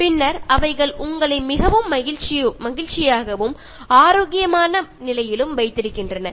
பின்னர் அவைகள் உங்களை மிகவும் மகிழ்ச்சியாகவும் ஆரோக்கியமான நிலையிலும் வைத்திருக்கின்றன